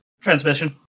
transmission